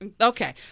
Okay